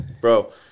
Bro